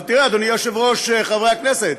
עכשיו תראו, אדוני היושב-ראש, חברי הכנסת,